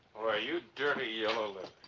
you dirty yellow, like